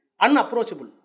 Unapproachable